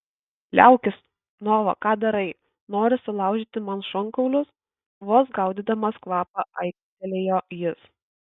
liaukis nova ką darai nori sulaužyti man šonkaulius vos gaudydamas kvapą aiktelėjo jis